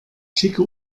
schicke